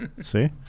see